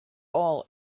all